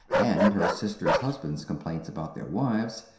and her sisters' husbands' complaints about their wives.